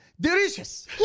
delicious